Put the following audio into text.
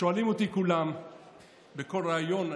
שואלים אותי כולם בכל ריאיון,